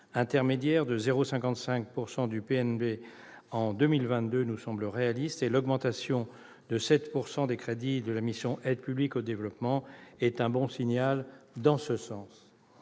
intermédiaire de 0,55 % du RNB en 2022 nous semble réaliste et l'augmentation de 7 % des crédits la mission « Aide publique au développement » est un bon signal dans ce sens.